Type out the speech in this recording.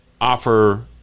offer